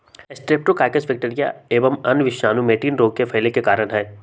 streptococcus bacteria एवं अन्य विषाणु मैटिन रोग के फैले के कारण हई